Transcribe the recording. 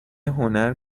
هنر